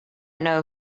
know